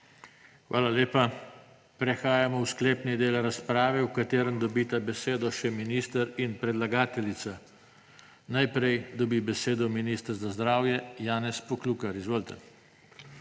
Hvala lepa. Prehajamo v sklepni del razprave, v katerem dobita besedo še minister in predlagateljica. Najprej dobi besedo minister za zdravje, Janez Poklukar. Izvolite.